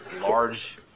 large